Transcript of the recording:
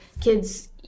kids